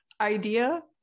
idea